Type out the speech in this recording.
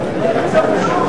וגם ראש הממשלה ושר האוצר.